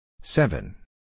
Seven